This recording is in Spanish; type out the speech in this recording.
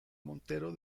montero